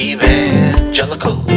Evangelical